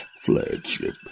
flagship